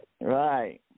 Right